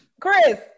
Chris